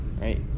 right